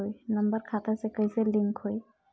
Number खाता से कईसे लिंक होई?